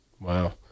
Wow